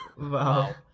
Wow